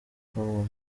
kurwanya